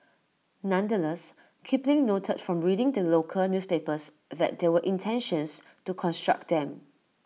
nonetheless Kipling noted from reading the local newspapers that there were intentions to construct them